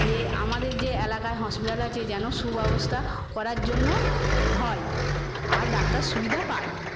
যে আমাদের যে এলাকায় হসপিটাল আছে যেন সুব্যবস্থা করার জন্য হয় আর ডাক্তার সুবিধা পায়